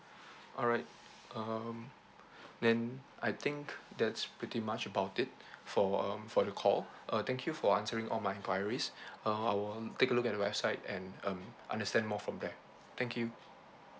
alright um then I think that's pretty much about it for um for the call uh thank you for answering all my enquiries uh I will um take a look at the website and um understand more from there thank you